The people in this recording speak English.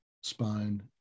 spine